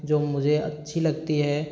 जो मुझे अच्छी लगती है